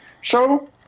show